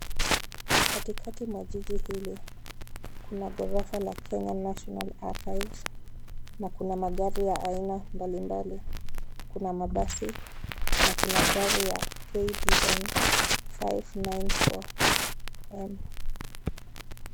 Katika ya jiji hili kuna ghorofa la, Kenya National Archives, na kuna magari ya aina mbalimbali. Kuna mabasi na kuna gari ya, KBN five nine four M.